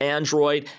Android